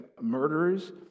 murderers